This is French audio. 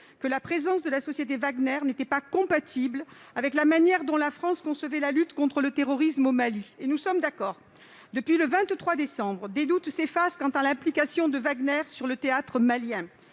que la présence de la société Wagner n'était pas compatible avec la manière dont la France concevait la lutte contre le terrorisme au Mali. Nous sommes d'accord. Depuis le 23 décembre, des doutes s'effacent quant à l'implication de Wagner sur le théâtre malien.